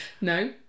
No